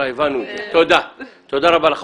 --- תודה רבה לך.